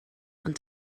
ond